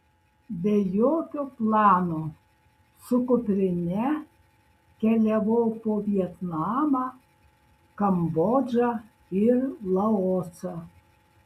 be jokio plano su kuprine keliavau po vietnamą kambodžą ir laosą